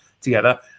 together